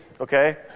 okay